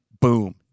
boom